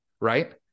right